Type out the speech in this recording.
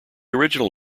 original